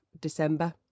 December